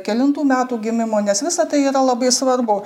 kelintų metų gimimo nes visa tai yra labai svarbu